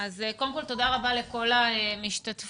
אז קודם כול תודה לכל המשתתפים.